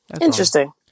Interesting